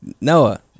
Noah